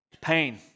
Pain